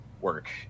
work